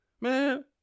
man